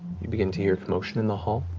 you begin to hear commotion in the hall.